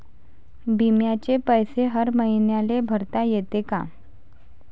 बिम्याचे पैसे हर मईन्याले भरता येते का?